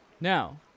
Now